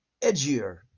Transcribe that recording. edgier